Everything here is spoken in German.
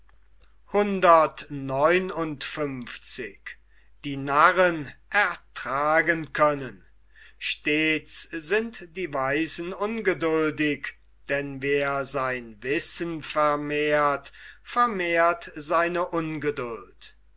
stets sind die weisen ungeduldig denn wer sein wissen vermehrt vermehr seine ungeduld